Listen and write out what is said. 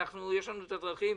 יש לנו את הדרכים.